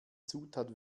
zutat